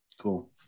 Cool